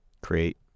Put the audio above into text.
create